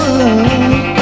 love